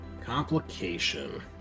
Complication